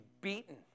beaten